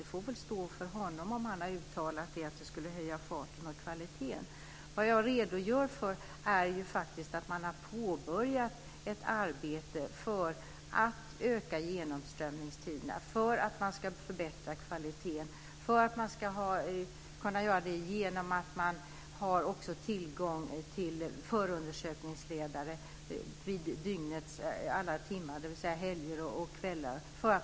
Det får väl stå för honom om han har uttalat att det skulle höja farten och kvaliteten. Vad jag redogör för är att man har påbörjat ett arbete för att öka genomströmningstiderna, för att förbättra kvaliteten och för att man ska ha tillgång till förundersökningsledare dygnets alla timmar, även helger och kvällar.